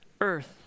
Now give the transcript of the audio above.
earth